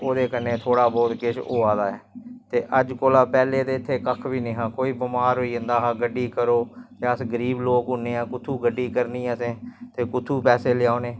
जियां ओह् गोरमैंट नै आखेआ टीके लाओ मास्क लाओ जियां कोई निक्के बच्चें गी सारें गी गोरमैंट फोन